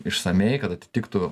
išsamiai kad atitiktų